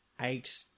eight